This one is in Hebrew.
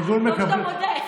טוב שאתה מודה.